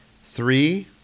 three